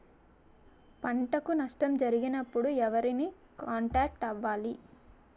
పంటకు నష్టం జరిగినప్పుడు ఎవరిని కాంటాక్ట్ అవ్వాలి?